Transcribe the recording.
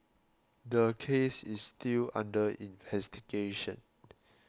the case is still under investigation